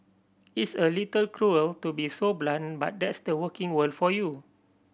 it's a little cruel to be so blunt but that's the working world for you